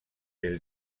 del